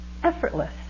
Effortless